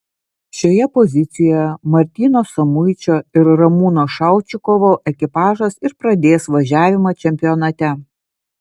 šioje pozicijoje martyno samuičio ir ramūno šaučikovo ekipažas ir pradės važiavimą čempionate